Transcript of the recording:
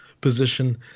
position